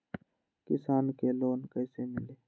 किसान के लोन कैसे मिली?